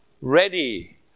ready